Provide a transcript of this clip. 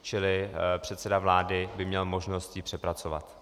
Čili předseda vlády by měl možnost ji přepracovat.